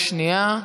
שנייה.